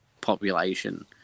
population